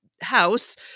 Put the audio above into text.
house